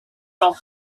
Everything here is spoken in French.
dans